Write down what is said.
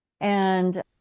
And-